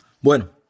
bueno